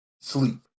sleep